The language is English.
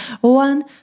one